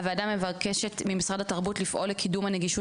הוועדה מבקשת ממשרד התרבות לפעול לקידום הנגישות